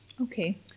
Okay